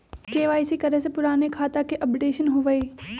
KYC करें से पुराने खाता के अपडेशन होवेई?